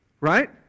Right